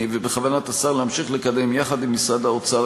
ובכוונת השר להמשיך לקדם יחד עם משרד האוצר,